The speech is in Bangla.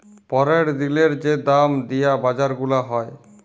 প্যরের দিলের যে দাম দিয়া বাজার গুলা হ্যয়